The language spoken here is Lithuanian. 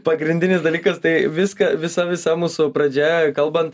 pagrindinis dalykas tai viską visa visa mūsų pradžia kalbant